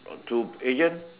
got two Asian